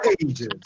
ages